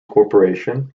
corporation